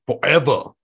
Forever